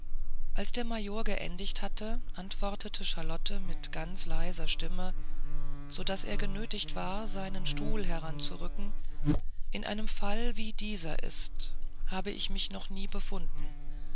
als der major geendigt hatte antwortete charlotte mit ganz leiser stimme so daß er genötigt war seinen stuhl heranzurücken in einem falle wie dieser ist habe ich mich noch nie befunden